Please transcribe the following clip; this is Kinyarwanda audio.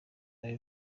ari